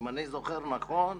אם אני זוכר נכון,